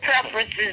preferences